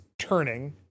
Turning